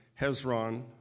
Hezron